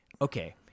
Okay